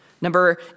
Number